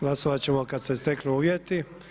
Glasovat ćemo kad se steknu uvjeti.